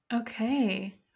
Okay